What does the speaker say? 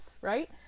right